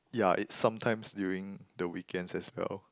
yeah it's sometimes during the weekends as well